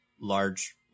large